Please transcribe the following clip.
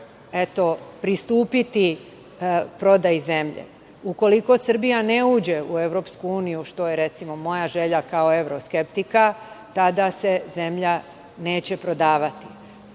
pristupiti prodaji zemlje. Ukoliko Srbija ne uđe u EU, što je moja želja kao evroskeptika, tada se zemlja neće prodavati.U